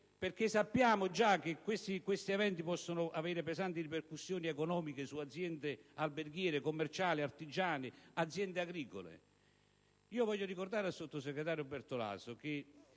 le cose, perché questi eventi possono avere pesanti ripercussioni economiche su aziende alberghiere, commerciali, artigiane e agricole. Voglio ricordare al sottosegretario Bertolaso che